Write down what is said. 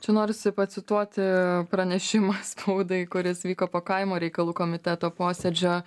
čia norisi pacituoti pranešimą spaudai kuris vyko po kaimo reikalų komiteto posėdžio